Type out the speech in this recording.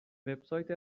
وبسایت